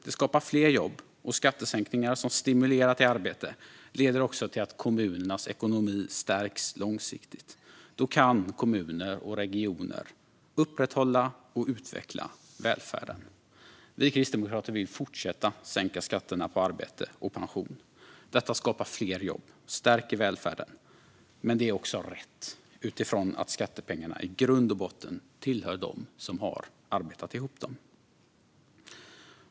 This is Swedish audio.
Det skapar fler jobb, och skattesänkningar som stimulerar till arbete leder också till att kommunernas ekonomi stärks långsiktigt. Då kan kommuner och regioner upprätthålla och utveckla välfärden. Vi kristdemokrater vill fortsätta sänka skatterna på arbete och pension. Detta skapar fler jobb och stärker välfärden, men det är också rätt utifrån att skattepengarna i grund och botten tillhör dem som har arbetat ihop dem.